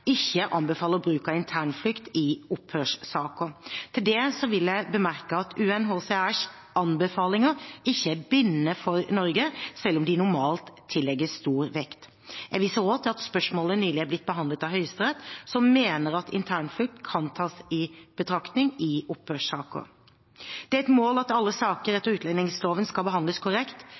av internflukt i opphørssaker. Til det vil jeg bemerke at UNHCRs anbefalinger ikke er bindende for Norge, selv om de normalt tillegges stor vekt. Jeg viser også til at spørsmålet nylig er blitt behandlet av Høyesterett, som mener at internflukt kan tas i betraktning i opphørssaker. Det er et mål at alle saker etter utlendingsloven skal behandles korrekt